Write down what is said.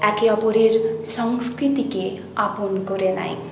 একে অপরের সংস্কৃতিকে আপন করে নেয়